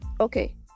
Okay